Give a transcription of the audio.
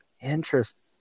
Interesting